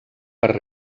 per